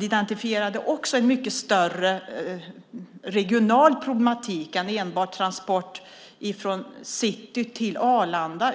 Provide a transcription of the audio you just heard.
identifierade en större regional problematik än enbart transport från city till Arlanda.